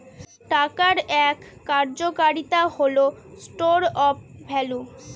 টাকার এক কার্যকারিতা হল স্টোর অফ ভ্যালু